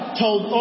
told